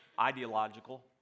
ideological